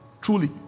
truly